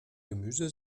gemüse